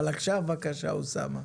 אבל עכשיו בבקשה אוסאמה.